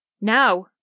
Now